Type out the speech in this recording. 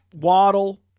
Waddle